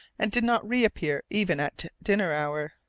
and did not reappear even at dinner hour.